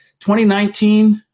2019